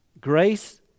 Grace